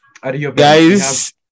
guys